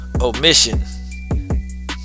omission